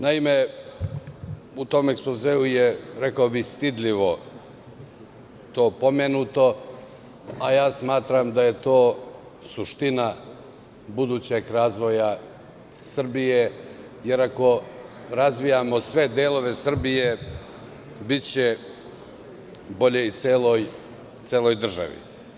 Naime, u tom ekspozeu je, rekao bih stidljivo, to pomenuto, a ja smatram da je to suština budućeg razvoja Srbije jer ako razvijamo sve delove Srbije biće bolje i celoj državi.